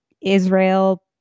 Israel